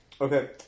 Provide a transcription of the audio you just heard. Okay